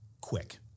quick